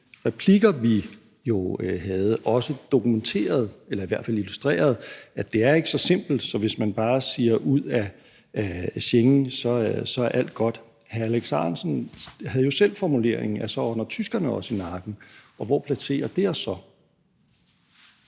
replikker, vi havde, også dokumenterede eller i hvert fald illustrerede, at det ikke er så simpelt, at hvis man bare siger »ud af Schengen«, er alt godt. Hr. Alex Ahrendtsen havde jo selv den formulering, at så ånder tyskerne os i nakken, og hvor placerer det os så?